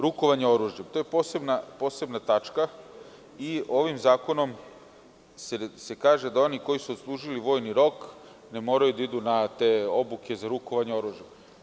Rukovanje oružjem je posebna tačka i ovim zakonom se kaže da oni koji su odslužili vojni rok ne moraju da idu na te obuke za rukovanje oružjem.